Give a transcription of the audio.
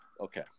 okay